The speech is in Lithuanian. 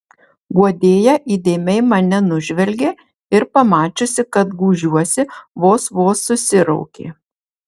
guodėja įdėmiai mane nužvelgė ir pamačiusi kad gūžiuosi vos vos susiraukė